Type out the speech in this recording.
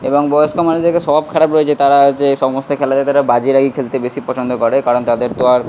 এবং বয়স্ক মানুষদেরকে স্বভাব খারাপ রয়েছে তারা যে সমস্ত খেলাতে তারা বাজি লাগিয়ে খেলতে বেশি পছন্দ করে কারণ তাদের তো আর